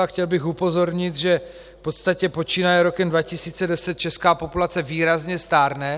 Chtěl bych upozornit, že v podstatě počínaje rokem 2010 česká populace výrazně stárne.